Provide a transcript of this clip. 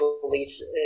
police